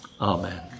amen